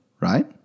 right